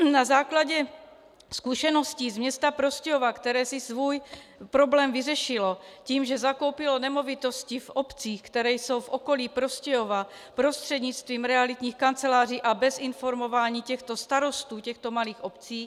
Na základě zkušeností z města Prostějova, které si svůj problém vyřešilo tím, že zakoupilo nemovitosti v obcích, které jsou v okolí Prostějova, prostřednictvím realitních kanceláří a bez informování starostů těchto malých obcí...